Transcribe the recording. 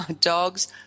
Dogs